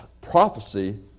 prophecy